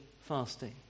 fasting